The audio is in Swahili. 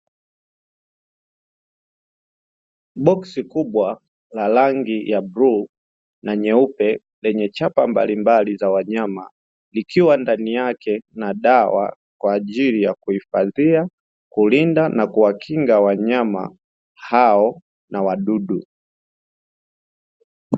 Boksi kubwa la rangi ya bluu na nyeupe lenye chapa mbalimbali za wanyama, likiwa ndani yake na dawa kwa ajili ya kuhifadhia, kulinda na kuwakinga wanyama hao na wadudu.